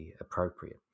appropriate